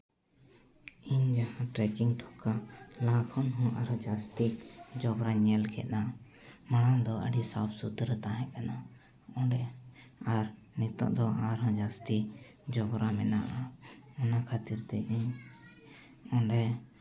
ᱤᱧ ᱡᱟᱦᱟᱸ ᱞᱟᱦᱟ ᱠᱷᱚᱱ ᱦᱚᱸ ᱟᱨᱦᱚᱸ ᱡᱟᱹᱥᱛᱤ ᱡᱚᱵᱨᱟᱧ ᱧᱮᱞ ᱠᱮᱫᱟ ᱢᱟᱲᱟᱝ ᱫᱚ ᱟᱹᱰᱤ ᱥᱟᱯᱷᱟ ᱥᱩᱛᱨᱟᱹ ᱛᱟᱦᱮᱸ ᱠᱟᱱᱟ ᱚᱸᱰᱮ ᱟᱨ ᱱᱤᱛᱚᱜ ᱫᱚ ᱟᱨᱦᱚᱸ ᱡᱟᱹᱥᱛᱤ ᱡᱚᱵᱨᱟ ᱢᱮᱱᱟᱜᱼᱟ ᱚᱱᱟ ᱠᱷᱟᱹᱛᱤᱨᱼᱛᱮ ᱤᱧ ᱚᱸᱰᱮ